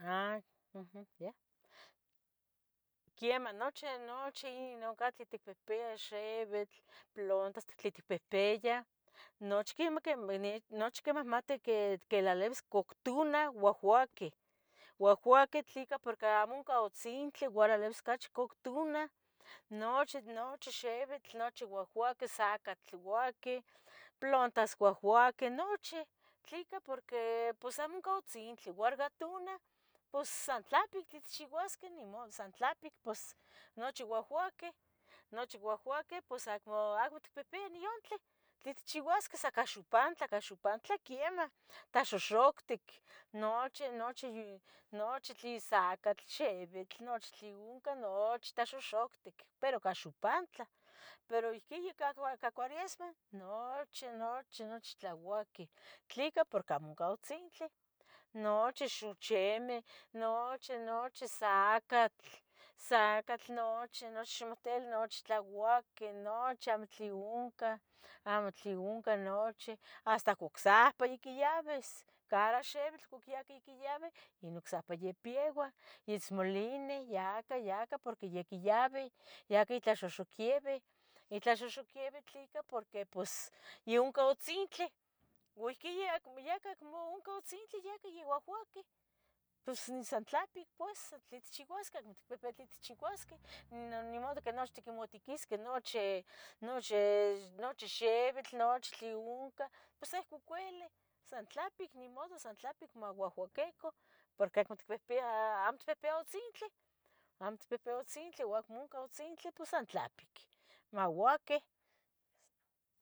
Quemah nochi, nochi noncan tlen ticpehpeyah xevitl, plontas tlen ticpehpeyah nochi… nochi quemah quimahmatih que lalivis cogtona ouhuoquih, uohuoquih tlican, ¿tlica? porque amoncah atzintli uan lalivis ocachi cogtona nochi, nochi xivitl, nochi uohuoqui, sacatl vahvaqui, plontas uohuoquih, nochi, ¿tlica? porqui pos amo cah atzintli uor gua tona pos san tlapic ticchiuasqueh, nimodo, san tlapic nochi uohuoqui, nochi uohuoqui pos acmo itpihpiya dion tlen tlen itchiuasqueh. Sa cah xopantlah xopantlah quemah tlaxoxoctic, nochi nochi, nochi tlin sacatl, xivitl nochi tlen oncah nochi xoxoctic, pero cah xopantlah, pero ihquin yaca cuarismeh, nochi nochi tlauaqui, tlica? porque amo cah gatzintli. Nochi xochimieh, nochi, nochi sacatl, sacatl nochi ixmotili nochi tlahuaqui. Nochi amotlen oncan, amo tle oncan nochih hasta gocsipa ya quiyavis cara xivitl ihcuac yaquiyavi ocsipa ya pieua, itzmolini yaca yaca porque yaquiyavi, yaca tlaxoxoquivi, ¿tlica? porque pos youncah atzintlih. Uuo ihquin yacmo atzintli youahuaquih pos san tlapic pues san tlen itchiuasqueh, acmo itpia tlen itchiuaqueh, nimodo que nochi timotiquisqueh noche xevitl, nochi tle oncah pos amo uelih, san tlapic, nimodo san tlapic mauahuaquecah porque amo itpihpiya atzintli, itpihpiya atzintli uan amo oncah atzintli pos san tlapic mouaquih.